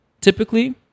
typically